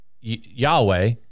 Yahweh